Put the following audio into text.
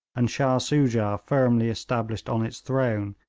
and shah soojah firmly established on its throne,